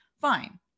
Fine